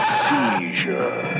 seizure